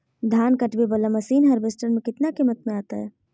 धान कटने बाला मसीन हार्बेस्टार कितना किमत में आता है?